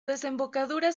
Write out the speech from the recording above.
desembocadura